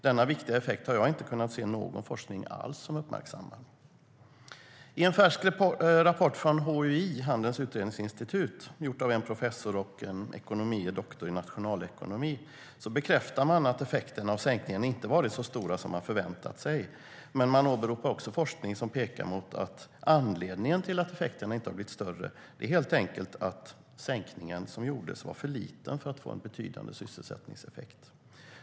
Denna viktiga effekt har jag inte kunnat se att någon forskning alls har uppmärksammat.I en färsk rapport från HUI, Handelns Utredningsinstitut, gjord av en professor och en ekonomie doktor i nationalekonomi, bekräftas att effekterna av sänkningen inte har varit så stora som man hade förväntat sig. Men man åberopar också forskning som pekar mot att anledningen till att effekterna inte har blivit större helt enkelt är att den sänkning som gjordes var för liten för att få en betydande sysselsättningseffekt.